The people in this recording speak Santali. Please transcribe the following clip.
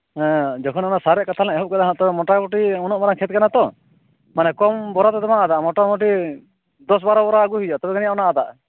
ᱦᱮᱸ ᱡᱚᱠᱷᱚᱱ ᱚᱱᱟ ᱥᱟᱨ ᱨᱮᱭᱟᱜ ᱠᱟᱛᱷᱟ ᱞᱟᱝ ᱮᱦᱚᱵ ᱠᱮᱫᱟ ᱦᱟᱸᱜ ᱢᱚᱴᱟᱢᱩᱴᱤ ᱩᱱᱟᱹᱜ ᱢᱟᱨᱟᱝ ᱠᱷᱮᱛ ᱠᱟᱱᱟ ᱛᱚ ᱢᱟᱱᱮ ᱠᱚᱢ ᱵᱚᱨᱟ ᱛᱮᱫᱚ ᱵᱟᱝ ᱟᱫᱟᱜᱼᱟ ᱢᱚᱴᱟᱢᱩᱴᱤ ᱫᱚᱥ ᱵᱟᱨᱚ ᱵᱚᱨᱟ ᱟᱹᱜᱩᱭ ᱦᱩᱭᱩᱜᱼᱟ ᱛᱚᱵᱮ ᱟᱱᱤᱡ ᱚᱱᱟ ᱟᱫᱟᱜᱼᱟ